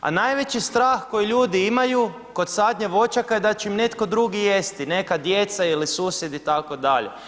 A najveći strah koji ljudi imaju kod sadnje voćaka je da će im netko drugi jesti, neka djeca ili susjedi itd.